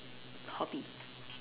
hobby